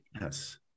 yes